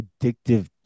addictive